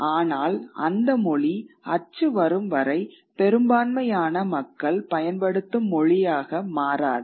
ஆனால் அந்த மொழி அச்சு வரும் வரை பெரும்பான்மையான மக்கள் பயன்படுத்தும் மொழியாக மாறாது